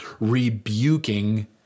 rebuking